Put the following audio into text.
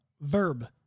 verb